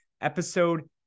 episode